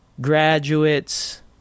graduates